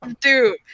Dude